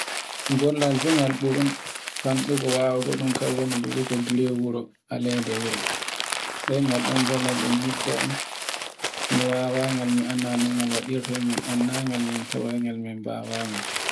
Gollal fu ngal ɓurn fanɗugo wawugo ɗun kan woni durogo gire e wuro alede wuro. Ɗe ngal ɗon golal e nyidda an mi wawangal, mi annda no ngal waɗirte, min anndangal mi tawayngal min bawangal.